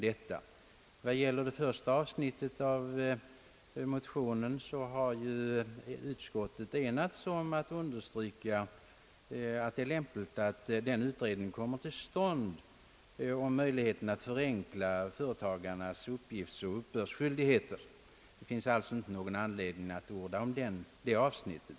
Beträffande första avsnittet i motionen har utskottet enats om att understryka att det är lämpligt att utredningen om möjligheten att förenkla företagarnas uppgiftsoch uppbördsskyldigheter kommer till stånd. Det finns således ingen anledning att orda om det avsnittet.